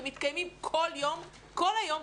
ומתקיימים כל יום כל היום,